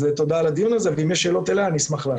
תודה על הדיון הזה, ואם יש שאלות אלי אשמח לענות.